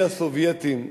מהסובייטים,